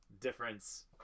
difference